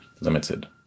limited